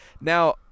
Now